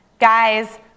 Guys